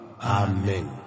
Amen